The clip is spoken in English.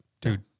Dude